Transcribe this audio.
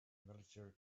military